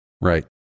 Right